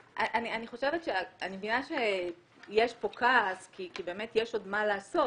אני מבינה שיש פה כעס כי באמת יש עוד מה לעשות,